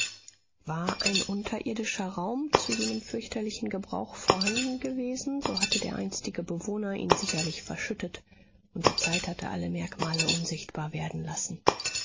war ein unterirdischer raum zu jenem fürchterlichen gebrauch vorhanden gewesen so hatte der einstige bewohner ihn sicherlich verschüttet und die zeit hatte alle merkmale unsichtbar werden lassen